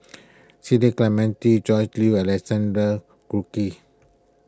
City Clementi Jue and Alexander Guthrie